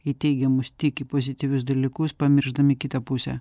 į teigiamus tik į pozityvius dalykus pamiršdami kitą pusę